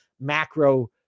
macro